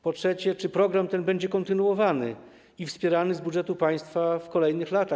Po trzecie, czy program ten będzie kontynuowany i wspierany z budżetu państwa w kolejnych latach?